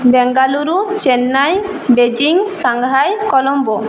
Bengaluru Chennai Beijing Shanghai Colombo